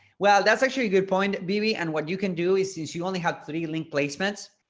well, that's actually a good point bb and what you can do is since you only have three link placements,